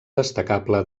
destacable